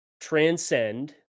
transcend